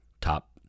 top